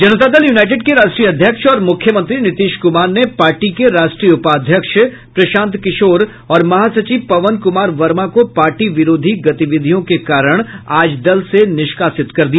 जनता Dal United के राष्ट्रीय अध्यक्ष और मुख्यमंत्री नीतीश कुमार ने पार्टी के राष्ट्रीय उपाध्यक्ष प्रशांत किशोर और महासचिव पवन कुमार वर्मा को पार्टी विरोधी गतिविधियों के कारण आज दल से निष्कासित कर दिया